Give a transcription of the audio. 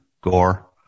Gore